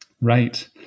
Right